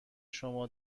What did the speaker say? شما